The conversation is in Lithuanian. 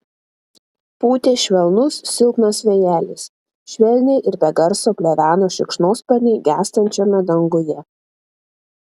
pūtė švelnus silpnas vėjelis švelniai ir be garso pleveno šikšnosparniai gęstančiame danguje